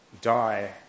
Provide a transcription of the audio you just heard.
die